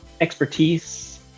expertise